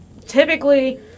typically